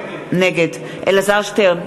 נגד אלעזר שטרן,